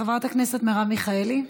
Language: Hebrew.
חברת הכנסת מרב מיכאלי.